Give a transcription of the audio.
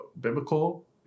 biblical